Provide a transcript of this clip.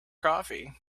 coffee